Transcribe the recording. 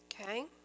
Okay